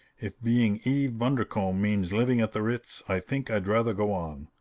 if being eve bundercombe means living at the ritz i think i'd rather go on.